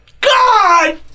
God